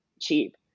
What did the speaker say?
cheap